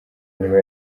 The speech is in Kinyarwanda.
niba